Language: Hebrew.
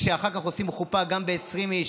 וכשאחר כך עושים חופה, גם ב-20 איש,